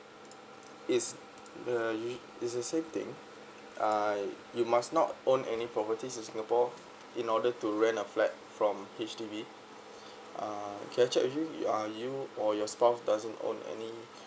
is uh is the same thing uh you must not own any properties in singapore in order to rent a flat from H_D_B uh can I check with you you are you or your spouse doesn't own any